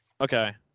Okay